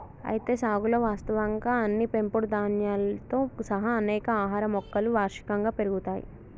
అయితే సాగులో వాస్తవంగా అన్ని పెంపుడు ధాన్యాలతో సహా అనేక ఆహార మొక్కలు వార్షికంగా పెరుగుతాయి